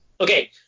Okay